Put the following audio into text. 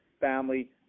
family